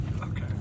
Okay